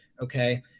okay